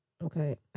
Okay